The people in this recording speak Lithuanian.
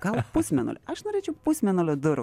gal pusmėnulio aš norėčiau pusmėnulio durų